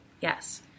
Yes